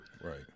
right